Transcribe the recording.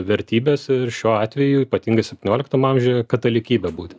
vertybes ir šiuo atveju ypatingai septynioliktam amžiuje katalikybę būte